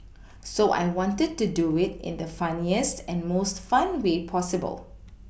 so I wanted to do it in the funniest and most fun way possible